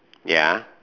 ya